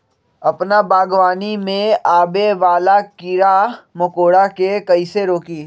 अपना बागवानी में आबे वाला किरा मकोरा के कईसे रोकी?